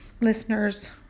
listeners